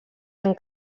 amb